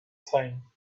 time